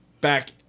Back